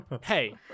Hey